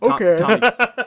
okay